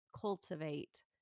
cultivate